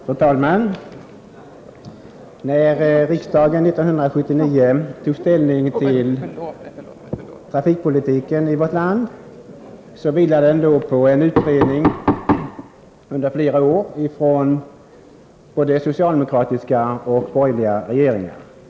Herr talman! När riksdagen 1979 tog ställning till trafikpolitiken i vårt land vilade ställningstagandet på en utredning som arbetat under flera år, både under socialdemokratiska och borgerliga regeringar.